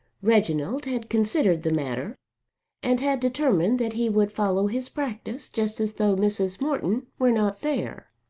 reginald had considered the matter and had determined that he would follow his practice just as though mrs. morton were not there.